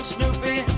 Snoopy